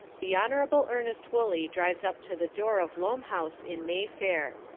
the hon. ernest woolley drives up to the door of loam house in mayfair.